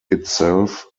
itself